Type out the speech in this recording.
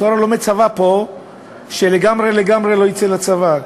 התורה לא מצווה פה שלגמרי לגמרי לא יצא לצבא.